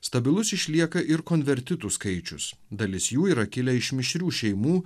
stabilus išlieka ir konvertitų skaičius dalis jų yra kilę iš mišrių šeimų